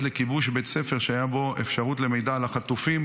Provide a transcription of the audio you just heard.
לכיבוש בית ספר שהייתה בו אפשרות למידע על החטופים